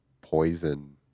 poison